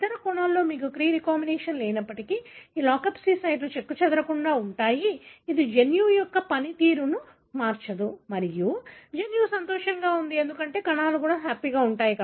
ఇతర కణాలలో మీకు క్రీ రీకంబినేస్ లేనప్పటికీ ఈ లాక్స్పి సైట్లు చెక్కుచెదరకుండా ఉంటాయి ఇది జన్యువు పనితీరును మార్చదు మరియు జన్యువు సంతోషంగా ఉంది కణాలు సంతోషంగా ఉంటాయి